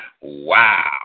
Wow